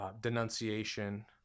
Denunciation